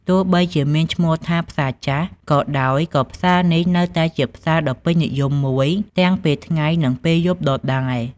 ទោះបីជាមានឈ្មោះថា "ផ្សារចាស់" ក៏ដោយ ក៏ផ្សារនេះនៅតែជាទីផ្សារដ៏ពេញនិយមមួយទាំងពេលថ្ងៃ និងពេលយប់ដដែល។